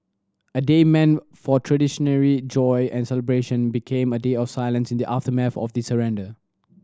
a day meant for joy and celebration became a day of silence in the aftermath of the surrender